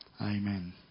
Amen